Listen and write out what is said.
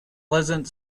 pleasant